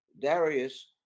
Darius